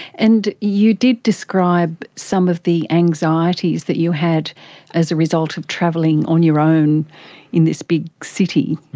and you did describe some of the anxiety is that you had as a result of travelling on your own in this big city.